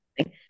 Okay